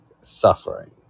suffering